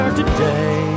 today